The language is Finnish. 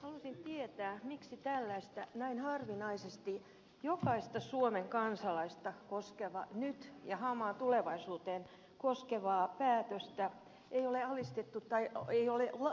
haluaisin tietää miksi tällaista näin harvinaista ja jokaista suomen kansalaista nyt ja hamassa tulevaisuudessa koskevaa päätöstä ei ole laitettu kansanäänestykseen